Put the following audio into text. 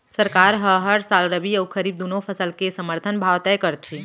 सरकार ह हर साल रबि अउ खरीफ दूनो फसल के समरथन भाव तय करथे